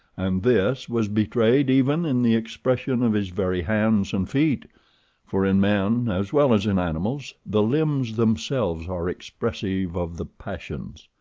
and this was betrayed even in the expression of his very hands and feet for in men, as well as in animals, the limbs themselves are expressive of the passions.